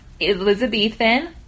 Elizabethan